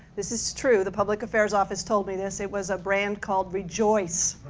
this is true, the public affairs office told me this it was a brand called rejoice.